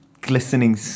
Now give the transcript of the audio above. glistening